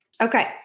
Okay